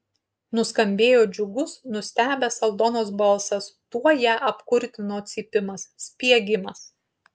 nuskambėjo džiugus nustebęs aldonos balsas tuoj ją apkurtino cypimas spiegimas